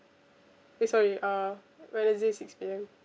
eh sorry uh wednesday six P_M